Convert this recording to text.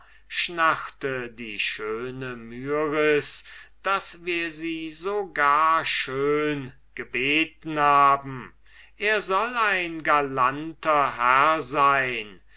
schnarrte die schöne myris daß wir sie so gar schön gebeten haben er soll ein galanter herr sein